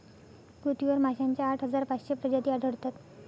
पृथ्वीवर माशांच्या आठ हजार पाचशे प्रजाती आढळतात